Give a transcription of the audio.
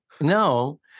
no